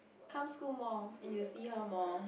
come school more and you will see her more